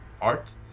art